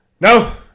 No